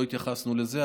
לא התייחסנו לזה,